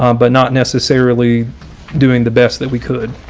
um but not necessarily doing the best that we could.